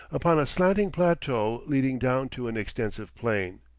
upon a slanting plateau leading down to an extensive plain.